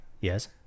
Yes